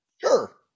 Sure